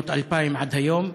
שנות האלפיים ועד היום,